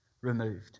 removed